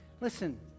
Listen